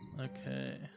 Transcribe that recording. Okay